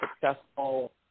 successful